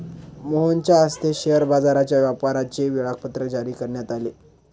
मोहनच्या हस्ते शेअर बाजाराच्या व्यापाराचे वेळापत्रक जारी करण्यात आले